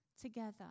together